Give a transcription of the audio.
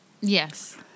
Yes